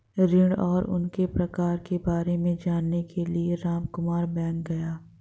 ऋण और उनके प्रकार के बारे में जानने के लिए रामकुमार बैंक गया